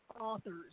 Authors